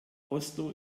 oslo